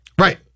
Right